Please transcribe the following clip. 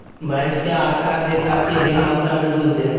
भैंस क्या आहार दे ताकि अधिक मात्रा दूध दे?